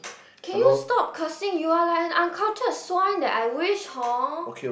can you stop cursing you are like an uncultured swine that I wish hor